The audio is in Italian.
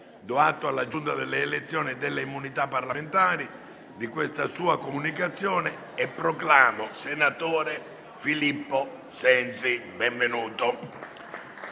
Do atto alla Giunta delle elezioni e delle immunità parlamentari di questa sua comunicazione e proclamo senatore Filippo Sensi. Benvenuto.